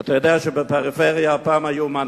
אתה יודע שפעם היו בפריפריה מענקים,